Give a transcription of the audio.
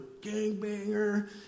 gangbanger